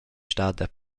stada